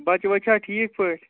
بَچہٕ وَچہٕ چھا ٹھیٖک پٲٹھۍ